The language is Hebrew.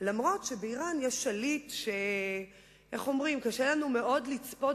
אף-על-פי שבאירן יש שליט שקשה לנו מאוד לצפות